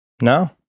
No